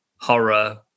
horror